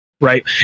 right